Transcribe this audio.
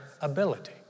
ability